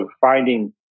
finding